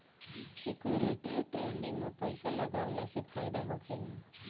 security trading में पइसा लगावला से फायदा होखेला